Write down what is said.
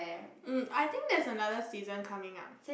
mm I think there is another season coming up